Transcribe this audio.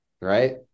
right